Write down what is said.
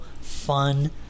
fun